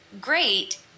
great